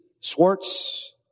Swartz